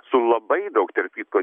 su labai daug tarp kitko